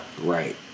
right